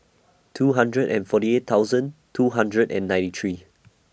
two hundred and forty eight thousand two hundred and ninety three